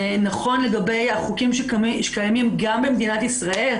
זה נכון גם לגבי החוקים שקיימים במדינת ישראל,